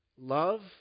love